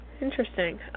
Interesting